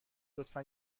لطفا